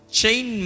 chain